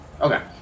Okay